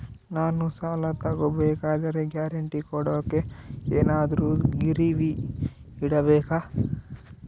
ನಾನು ಸಾಲ ತಗೋಬೇಕಾದರೆ ಗ್ಯಾರಂಟಿ ಕೊಡೋಕೆ ಏನಾದ್ರೂ ಗಿರಿವಿ ಇಡಬೇಕಾ?